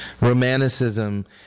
Romanticism